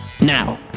Now